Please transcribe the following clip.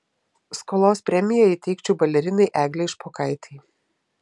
skolos premiją įteikčiau balerinai eglei špokaitei